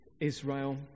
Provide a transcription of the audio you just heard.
Israel